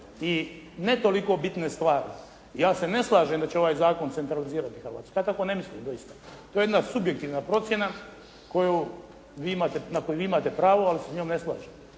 i ne toliko bitne stvari. Ja se ne slažem da će ovaj zakon centralizirati Hrvatsku. Ja tako ne mislim doista. To je jedna subjektivna procjena na koju vi imate pravo, ali se s njom ne slaže.